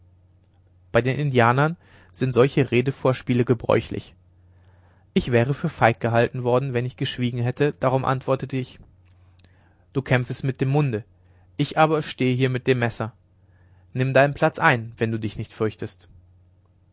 bei den indianern sind solche redevorspiele gebräuchlich ich wäre für feig gehalten worden wenn ich geschwiegen hätte darum antwortete ich du kämpfest mit dem munde ich aber stehe hier mit dem messer nimm deinen platz ein wenn du dich nicht fürchtest